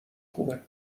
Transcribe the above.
خوبه